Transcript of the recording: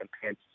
compared